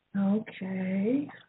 Okay